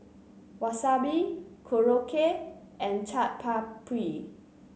Wasabi Korokke and Chaat Papri